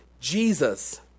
Jesus